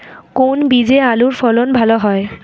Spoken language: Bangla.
কোন বীজে আলুর ফলন ভালো হয়?